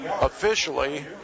Officially